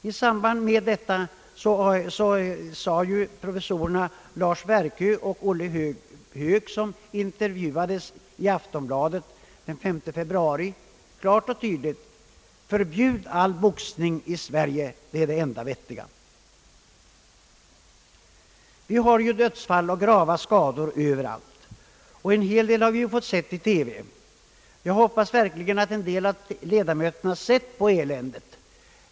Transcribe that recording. I samband med detta sade professorerna Lars Werkö och Olle Höök, som intervjuades i Aftonbladet den 3 februari, klart och tydligt: Förbjud all boxning i Sverige! Det är det enda vettiga! Vi har dödsfall och grava skador överallt. En hel del har vi fått se i TV. Jag hoppas verkligen att en del av ledamöterna sett på eländet.